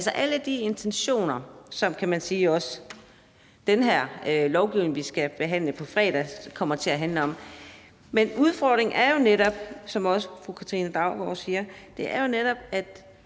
alle de intentioner, som også den lovgivning, vi skal behandle på fredag, handler om. Men udfordringen er jo netop, som også fru Katrine Daugaard siger, at